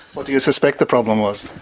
what do you suspect the problem was?